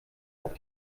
auf